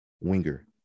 winger